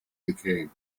became